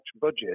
budget